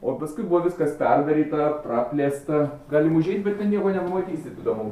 o paskui buvo viskas perdaryta praplėsta galim užeit bet nieko nepamatysit įdomaus